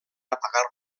apagar